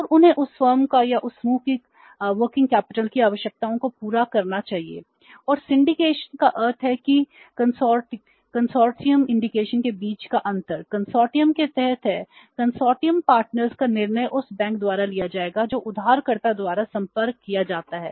और उन्हें उस फर्म या उस समूह की कार्यशील पूंजी का निर्णय उस बैंक द्वारा लिया जाएगा जो उधारकर्ता द्वारा संपर्क किया जाता है